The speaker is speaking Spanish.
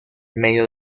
medio